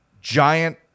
giant